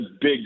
big